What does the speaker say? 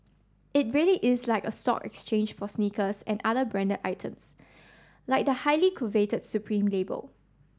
it really is like a stock exchange for sneakers and other branded items like the highly coveted supreme label